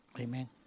Amen